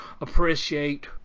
appreciate